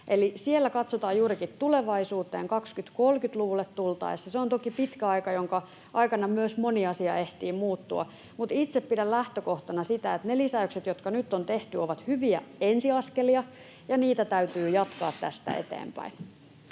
siellä katsotaan juurikin tulevaisuuteen 2030-luvulle tultaessa. Se on toki pitkä aika, jonka aikana moni asia myös ehtii muuttua, mutta itse pidän lähtökohtana sitä, että ne lisäykset, jotka nyt on tehty, ovat hyviä ensiaskelia ja niitä täytyy jatkaa tästä eteenpäin.